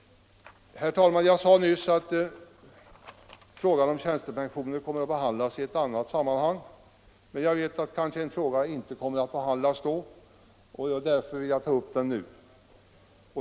Herr talman! Jag sade nyss att frågan om tjänstepensionerna kommer att behandlas i annat sammanhang, men jag vet att en annan fråga inte kommer att behandlas då, och därför vill jag ta upp den nu.